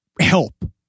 help